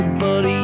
buddy